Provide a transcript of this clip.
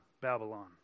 Babylon